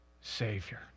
Savior